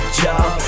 job